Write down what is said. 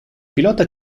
pilota